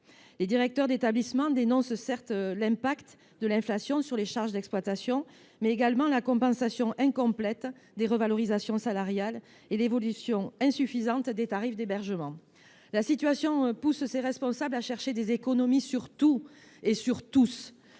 Les directeurs d’établissement dénoncent l’impact de l’inflation sur les charges d’exploitation, mais également la compensation incomplète des revalorisations salariales et l’évolution insuffisante des tarifs d’hébergement. La situation pousse ces responsables à chercher à faire des économies sur tout et sur tous